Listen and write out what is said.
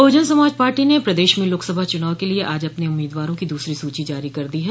बहुजन Samaj party ने प्रदेश में लोकसभा चुनाव के लिये आज अपने उम्मीदवारों की दूसरी सूची जारी कर दी है